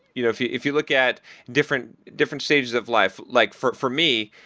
you know if you if you look at different different stages of life like, for for me,